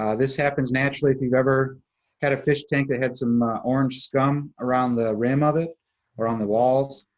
ah this happens naturally. if you've ever had a fish tank that had some orange scum around the rim of it or on the walls,